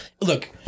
look